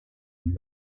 and